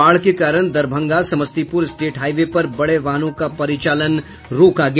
बाढ़ के कारण दरभंगा समस्तीपुर स्टेट हाईवे पर बड़े वाहनों का परिचालन रोका गया